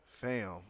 Fam